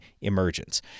emergence